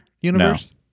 universe